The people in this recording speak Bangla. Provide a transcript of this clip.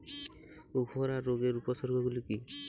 উফরা রোগের উপসর্গগুলি কি কি?